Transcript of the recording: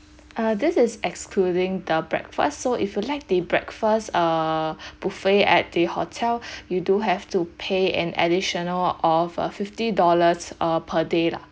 uh this is excluding the breakfast so if you'd like the breakfast uh buffet at the hotel you do have to pay an additional of uh fifty dollars err per day lah